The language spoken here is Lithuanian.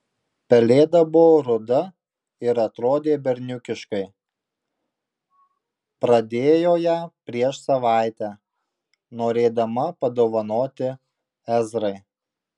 pelėda buvo ruda ir atrodė berniukiškai pradėjo ją prieš savaitę norėdama padovanoti ezrai